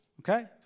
Okay